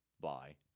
bye